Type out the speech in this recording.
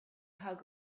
hug